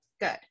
Good